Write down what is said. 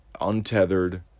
untethered